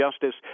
Justice